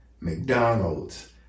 McDonald's